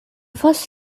first